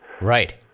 Right